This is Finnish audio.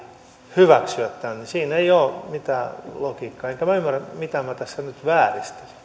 hyväksyä tämän siinä ei ole mitään logiikkaa enkä minä ymmärrä mitä minä tässä nyt vääristelin